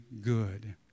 good